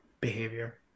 behavior